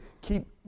keep